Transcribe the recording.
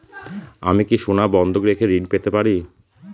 আমি কি সোনা বন্ধক রেখে ঋণ পেতে পারি?